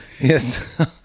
yes